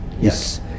Yes